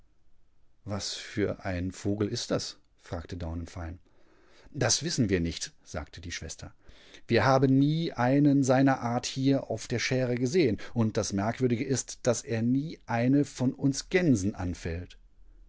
was für ein vogel ist das fragte daunenfein das wissen wir nicht sagte die schwester wir haben nie einen seiner art hier auf der schäre gesehen und das merkwürdige ist daß er nie eine von uns gänsen anfällt